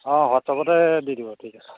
অঁ হোৱাটছআপতে দি দিব ঠিক আছে